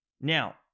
Now